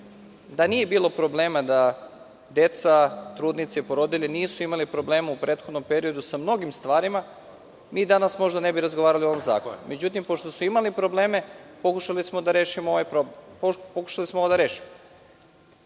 nije bilo problema, da deca, trudnice i porodilje nisu imali problema u prethodnom periodu sa mnogim stvarima, mi danas možda ne bi razgovarali o ovom zakonu. Međutim, pošto su imali probleme, pokušali smo ovo da rešimo.